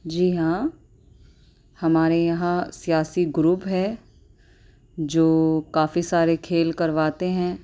جی ہاں ہمارے یہاں سیاسی گروپ ہے جو کافی سارے کھیل کرواتے ہیں